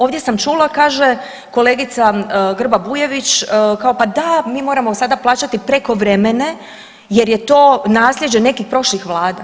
Ovdje sam čula kaže kolegica Grba Bujević kao pa da mi moramo sada plaćati prekovremene jer je to nasljeđe nekih prošlih vlada.